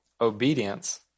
Obedience